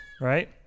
right